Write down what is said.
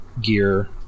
gear